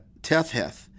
Tetheth